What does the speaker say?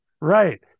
Right